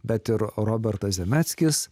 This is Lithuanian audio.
bet ir robertas zemeckis